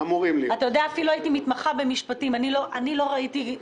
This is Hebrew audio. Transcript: הייתי מתמחה במשפטים ולא ראיתי דבר כזה.